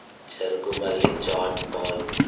Jarugumalli John Paul